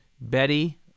Betty